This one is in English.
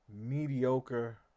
mediocre